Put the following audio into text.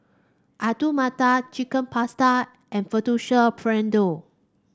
Alu Matar Chicken Pasta and Fettuccine Alfredo